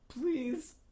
please